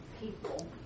people